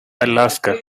alaska